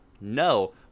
no